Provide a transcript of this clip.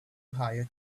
hire